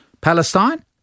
Palestine